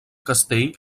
castell